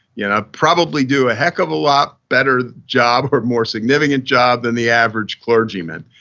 you know, probably do a heck of a lot better job or more significant job than the average clergyman.